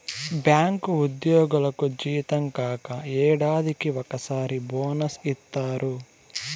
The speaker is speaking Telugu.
బ్యాంకు ఉద్యోగులకు జీతం కాక ఏడాదికి ఒకసారి బోనస్ ఇత్తారు